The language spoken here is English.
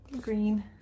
Green